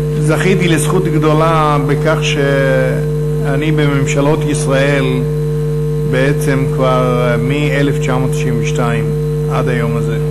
זכיתי לזכות גדולה בכך שאני בממשלות ישראל כבר מ-1992 עד היום הזה,